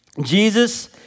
Jesus